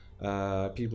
People